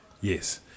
Yes